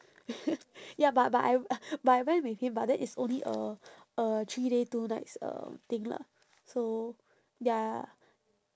ya but but I but I went with him but then it's only a uh three days two nights um thing lah so ya